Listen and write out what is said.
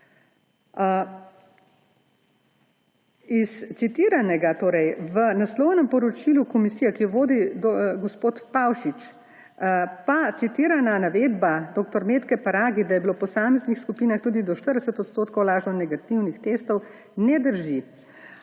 Iz citiranega v naslovnem poročilu komisije, ki jo vodi gospod Pavšič, pa citirana navedba dr. Metke Paragi, da je bilo v posameznih skupinah tudi do 40 odstotkov lažno negativnih testov, ne drži.